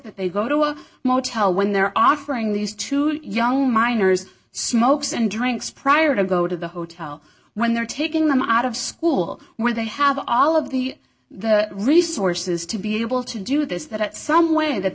look at they go to a motel when they're offering these two young minors smokes and drinks prior to go to the hotel when they're taking them out of school when they have all of the the resources to be able to do this that some way that